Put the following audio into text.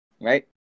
Right